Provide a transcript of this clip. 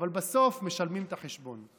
אבל בסוף משלמים את החשבון.